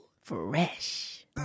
Fresh